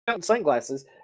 sunglasses